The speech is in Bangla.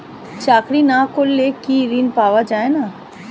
চাকরি না করলে কি ঋণ পাওয়া যায় না?